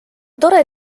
tore